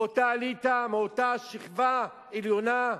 מאותה אליטה, מאותה שכבה עליונה,